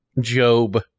Job